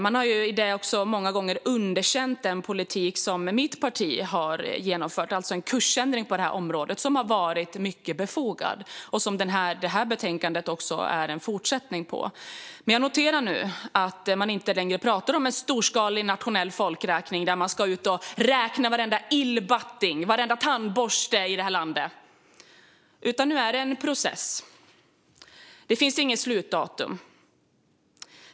Man har också många gånger underkänt den politik som mitt parti har genomfört, det vill säga en kursändring på området som har varit mycket befogad - och det här betänkandet är en fortsättning på detta. Jag noterar nu att man inte längre pratar om en storskalig nationell folkräkning där man ska räkna varenda illbatting och varenda tandborste i landet. Nu är det en process. Det finns inget slutdatum.